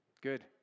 Good